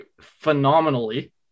phenomenally